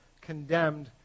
condemned